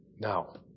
Now